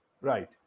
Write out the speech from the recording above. right